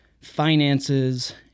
finances